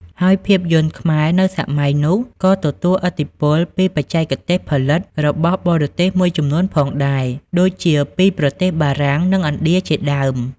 ហើយភាពយន្តខ្មែរនៅសម័យនោះ ក៏ទទួលឥទ្ធិពលពីបច្ចេកទេសផលិតរបស់បរទេសមួយចំនួនផងដែរ ដូចជាពីប្រទេសបារាំង និងឥណ្ឌា ជាដើម។